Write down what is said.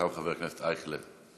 אחריו, חבר הכנסת אייכלר.